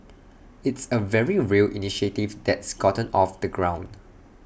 it's A very real initiative that's gotten off the ground